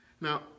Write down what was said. Now